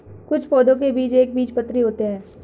कुछ पौधों के बीज एक बीजपत्री होते है